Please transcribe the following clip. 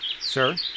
Sir